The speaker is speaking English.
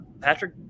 Patrick